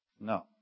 No